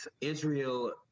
israel